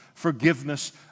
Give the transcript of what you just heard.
forgiveness